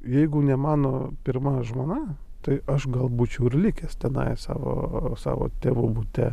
jeigu ne mano pirma žmona tai aš gal būčiau ir likęs tenai savo savo tėvų bute